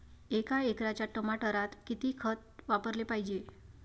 एका एकराच्या टमाटरात किती खत वापराले पायजे?